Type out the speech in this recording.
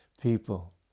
people